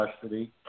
custody